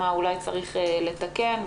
מה אולי צריך לתקן.